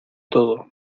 todo